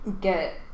get